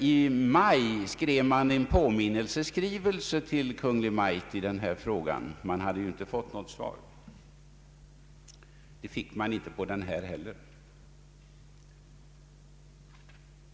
I maj skickade de en påminnelseskrivelse till Kungl. Maj:t i denna fråga. De hade inte fått något svar på sin första framställning och fick det inte denna gång heller.